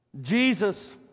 Jesus